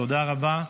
תודה רבה,